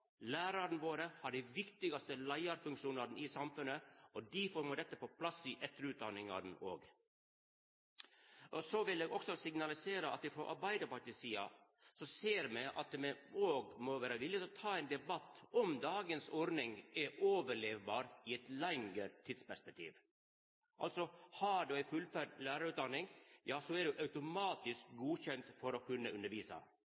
våre har dei viktigaste leiarfunksjonane i samfunnet, og difor må dette på plass også i etterutdanningane. Eg vil også signalisere at me frå Arbeidarpartiet si side ser at me òg må vera villige til å ta ein debatt om dagens ordning kan overleva i eit lengre tidsperspektiv. Altså: Har du ei fullført lærarutdanning, ja, så er du automatisk godkjend til å kunna undervisa.